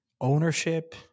ownership